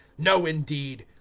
no, indeed!